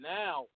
now